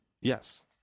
Yes